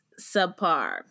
subpar